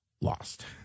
lost